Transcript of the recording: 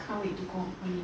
can't wait to go on holidays